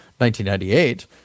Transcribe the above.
1998